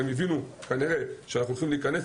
הם הבינו שאנחנו הולכים להיכנס,